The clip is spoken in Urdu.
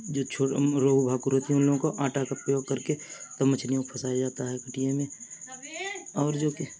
جو چھور روح بھاکور ہوتی ہیں ان لوگوں کو آٹا کا پریوگ کر کے تب مچھلیوں کو پھنسایا جاتا ہے کٹیے میں اور جو کہ